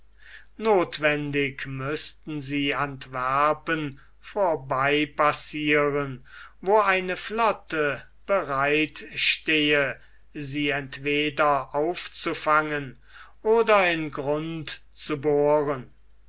nothwendig müßten sie antwerpen vorbeipassieren wo eine flotte bereit stehe sie entweder aufzufangen oder in grund zu bohren